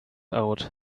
out